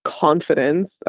confidence